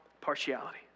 partiality